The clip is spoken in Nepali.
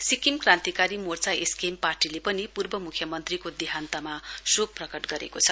सिक्किम क्रान्तिकारी मोर्चा एसकेएम पार्टीले पनि पूर्व मुख्यमन्त्रीको देहान्तमा शोक प्रकट गरेको छ